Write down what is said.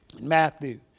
Matthew